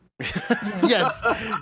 Yes